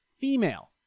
female